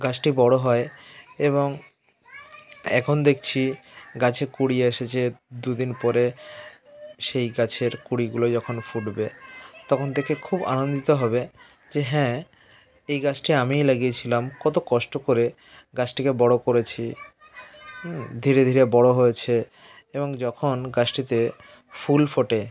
গাছটি বড়ো হয় এবং এখন দেখছি গাছে কুঁড়ি এসেছে দু দিন পরে সেই গাছের কুঁড়িগুলো যখন ফুটবে তখন দেখে খুব আনন্দিত হবে যে হ্যাঁ এই গাছটি আমিই লাগিয়েছিলাম কতো কষ্ট করে গাছটিকে বড়ো করেছি হ্যাঁ ধীরে ধীরে বড়ো হয়েছে এবং যখন গাছটিতে ফুল ফোটে